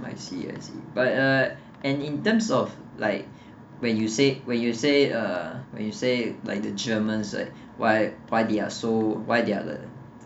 I see I see but uh and in terms of like when you say when you say uh when you say like the germans like why they are so why they are the